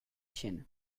chienne